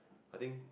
I think